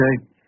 Okay